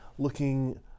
Looking